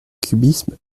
cubisme